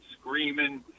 screaming